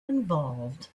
involved